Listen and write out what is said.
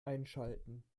einschalten